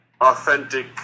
authentic